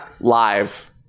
live